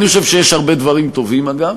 אני חושב שיש הרבה דברים טובים, אגב,